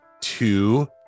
two